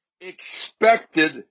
expected